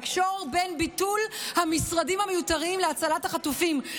לקשור בין ביטול המשרדים המיותרים להצלת החטופים.